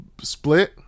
split